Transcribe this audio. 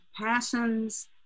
passions